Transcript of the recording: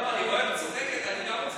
לא, אני רואה שאת צוחקת, גם אני רוצה